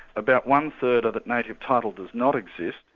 about one-third of it native title does not exist.